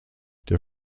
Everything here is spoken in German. der